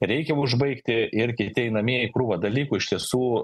reikia užbaigti ir kiti einamieji krūva dalykų iš tiesų